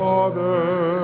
Father